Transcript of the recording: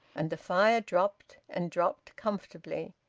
and the fire dropped and dropped, comfortably.